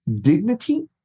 dignity